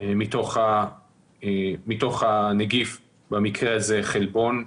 מתוך הנגיף, במקרה הזה חלבון,